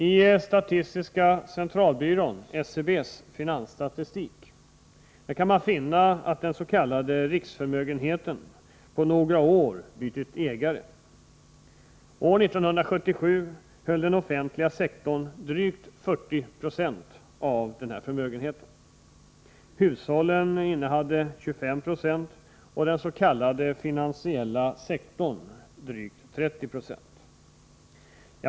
I statistiska centralbyråns finansstatistik kan man finna att den s.k. riksförmögenheten på några år bytt ägare. År 1977 höll den offentliga sektorn drygt 40 26 av denna förmögenhet. Hushållen innehade 25 96 och den s.k. finansiella sektorn drygt 30 26.